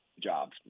jobs